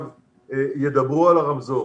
ידברו על הרמזור.